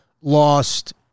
lost